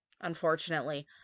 unfortunately